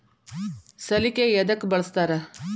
ಸಲಿಕೆ ಯದಕ್ ಬಳಸ್ತಾರ?